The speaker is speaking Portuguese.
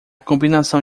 combinação